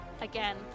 Again